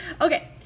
Okay